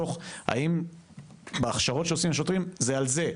האם בהכשרות שעושים לשוטרים זה על זה?